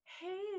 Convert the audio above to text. hey